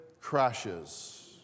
crashes